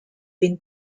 been